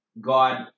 God